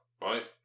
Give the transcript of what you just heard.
right